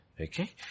Okay